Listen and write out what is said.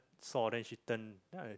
saw then she turn then I